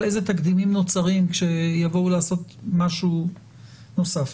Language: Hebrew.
איזה תקדימים נוצרים שיבואו לעשות משהו נוסף.